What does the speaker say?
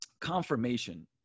confirmation